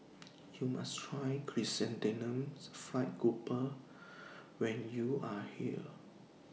YOU must Try Chrysanthemum Fried Grouper when YOU Are here